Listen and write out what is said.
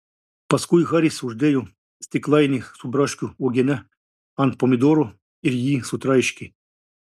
paskui haris uždėjo stiklainį su braškių uogiene ant pomidoro ir jį sutraiškė